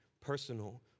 personal